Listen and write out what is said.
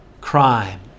crime